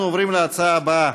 בעד,